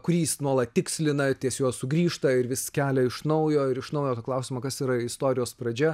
kurį jis nuolat tikslina ties juo sugrįžta ir vis kelia iš naujo ir iš naujo tą klausimą kas yra istorijos pradžia